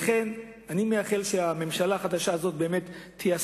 לכן אני מאחל שהממשלה החדשה הזאת תיישם